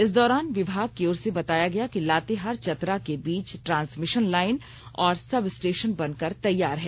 इस दौरान विभाग की ओर से बताया गया कि लातेहार चतरा के बीच ट्रांसमिशन लाइन और सब स्टेशन बनकर तैयार है